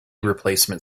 replacement